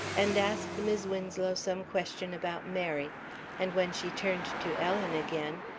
and asked mis' winslow some question about mary and when she turned to ellen again,